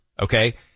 Okay